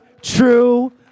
true